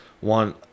one